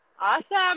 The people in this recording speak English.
Awesome